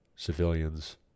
civilians